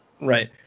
Right